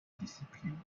discipline